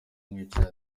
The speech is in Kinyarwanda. mwicanyi